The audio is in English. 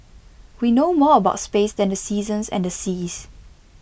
we know more about space than the seasons and the seas